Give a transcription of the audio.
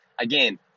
again